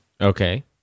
Okay